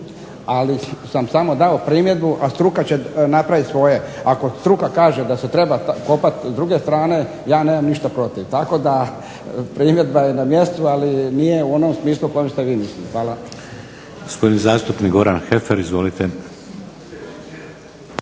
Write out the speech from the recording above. ali sam samo dao primjedbu a struka će napravit svoje. Ako struka kaže da se treba kopat s druge strane ja nemam ništa protiv. Tako da primjedba je na mjestu, ali nije u onom smislu kao što vi mislite. Hvala.